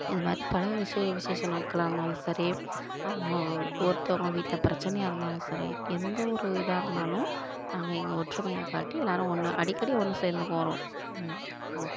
இதுமாதிரி பல விஷய விஷேச நாட்களாக இருந்தாலும் சரி அவங்க ஒருத்தவங்க வீட்டில் பிரச்சனையாக இருந்தாலும் சரி எந்தவொரு இதாக இருந்தாலும் நாங்கள் எங்கள் ஒற்றுமையை காட்டி எல்லோரும் ஒன்று அடிக்கடி ஒன்று சேர்ந்து போகிறோம் ஓகே